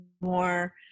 more